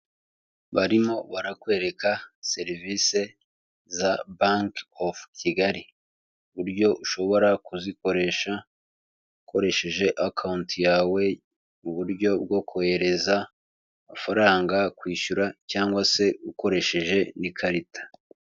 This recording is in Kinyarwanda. Barimo barakwereka serivisi za banki ofu Kigali, uburyo ushobora kuzikoresha ukoresheje akawunti yawe mu buryo bwo kohereza amafaranga, kwishyura cyangwa se ukoresheje n'ikarita.